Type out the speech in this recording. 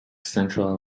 central